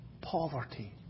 poverty